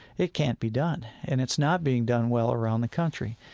it can't be done, and it's not being done well around the country.